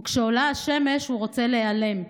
/ וכשעולה השמש הוא רק רוצה להיעלם.